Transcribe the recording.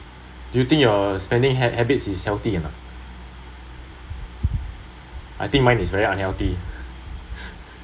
do you think your spending ha~ habits is is healthy or not I think mine is very unhealthy